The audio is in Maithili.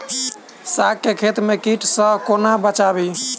साग केँ खेत केँ कीट सऽ कोना बचाबी?